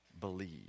believe